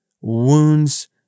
wounds